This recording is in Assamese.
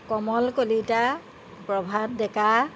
কমল কলিতা প্ৰভাত ডেকা